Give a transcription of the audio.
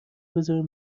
بذارین